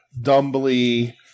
Dumbly